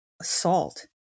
assault